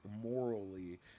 morally